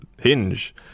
hinge